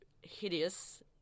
hideous